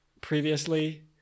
previously